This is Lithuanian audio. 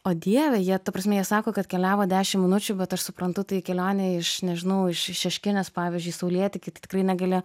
o dieve jie ta prasme jie sako kad keliavo dešimt minučių vat aš suprantu tai kelionė aš nežinau iš šeškinės pavyzdžiui į saulėtekį tai tikrai negalėjo